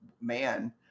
man